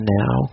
now